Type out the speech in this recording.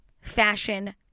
fashion